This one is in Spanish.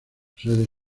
sede